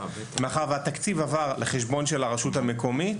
מאחר והתקציב עבר לחשבון של הרשות המקומית.